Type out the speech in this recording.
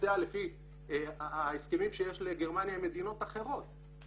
יתבצע לפי ההסכמים שיש לגרמניה עם מדינות אחרות.